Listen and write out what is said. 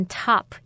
top